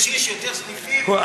זה שיש יותר סניפים, תבורכו.